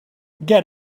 get